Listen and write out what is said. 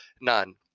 none